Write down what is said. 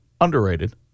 underrated